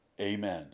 Amen